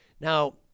Now